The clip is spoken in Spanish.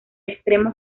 extremo